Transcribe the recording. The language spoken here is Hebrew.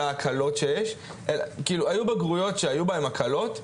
היו בגרויות שהיו בהם הקלות,